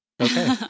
Okay